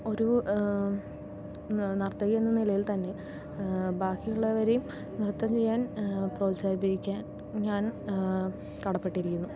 ഒരു നർത്തകി എന്ന നിലയിൽ തന്നെ ബാക്കി ഉള്ളവരെയും നൃത്തം ചെയ്യാൻ പ്രോത്സാഹിപ്പിക്കാൻ ഞാൻ കടപ്പെട്ടിരിക്കുന്നു